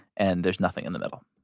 and there's nothing in the middle.